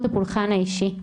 הפולחן האישי.